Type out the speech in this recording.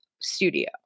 studio